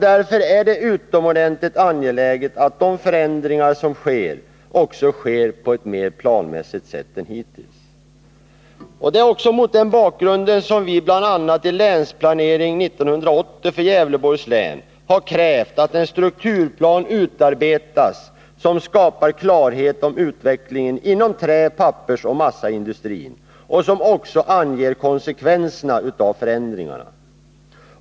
Därför är det utomordentligt angeläget att de förändringar som sker också sker på ett mer planmässigt sätt än hittills. Det är mot den bakgrunden som vi bl.a. i länsplanering 1980 för Gävleborgs län har krävt att en strukturplan utarbetas som skapar klarhet om utvecklingen inom trä-, pappersoch massaindustrin och som också anger konsekvenserna av förändringarna.